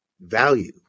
value